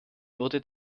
wurde